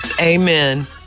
amen